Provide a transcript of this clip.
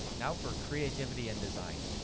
now for creativity and design,